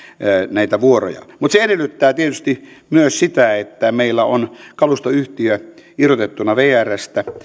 näitä vuoroja mutta se edellyttää tietysti myös sitä että meillä on kalustoyhtiö irrotettuna vrstä